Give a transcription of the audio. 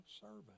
servant